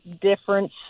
difference